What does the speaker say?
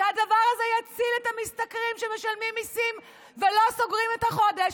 שהדבר הזה יציל את המשתכרים שמשלמים מיסים ולא סוגרים את החודש,